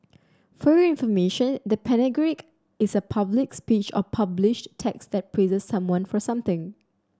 For Your Information the panegyric is a public speech or published text that praises someone for something